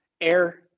air